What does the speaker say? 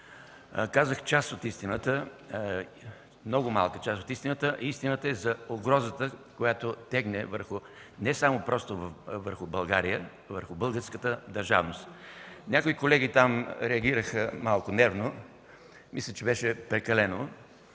Казах част от истината, много малка част от истината, а истината е за угрозата, която тегне просто не само върху България, а върху българската държавност. Някои колеги там реагираха малко нервно, мисля че беше прекалено,